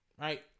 Right